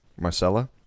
Marcella